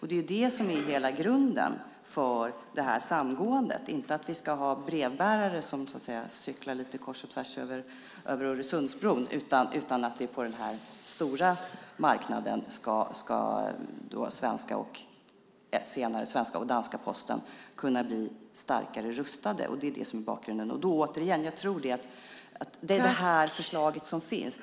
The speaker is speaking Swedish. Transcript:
Det är det som är hela grunden för detta samgående, inte att vi ska ha brevbärare som så att säga cyklar lite kors och tvärs över Öresundsbron. På den här stora marknaden ska senare svenska och danska Posten kunna bli starkare rustade. Det är det som är bakgrunden. Återigen: Jag tror att det är det förslaget som finns.